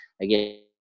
again